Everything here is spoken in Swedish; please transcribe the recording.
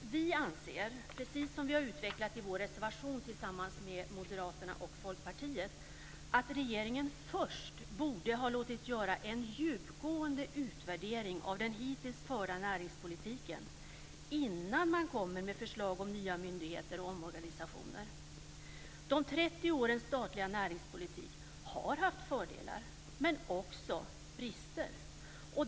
Vi anser, precis som vi har utvecklat i vår reservation tillsammans med Moderaterna och Folkpartiet, att regeringen först borde ha låtit göra en djupgående utvärdering av den hittills förda näringspolitiken, innan man kommer med förslag om nya myndigheter och omorganisationer. De 30 årens statliga näringspolitik har haft fördelar, men också brister.